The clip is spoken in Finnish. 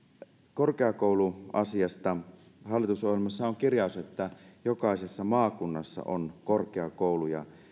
korkeakouluasiasta hallitusohjelmassa on kirjaus että jokaisessa maakunnassa on korkeakouluja